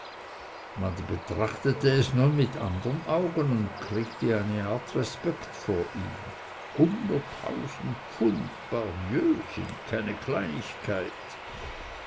man betrachtete es nun mit andern augen und kriegte eine art respekt vor ihm hunderttausend pfund pardieu sind keine kleinigkeit